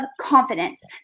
confidence